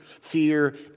fear